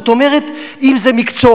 זאת אומרת, אם זה מקצוע,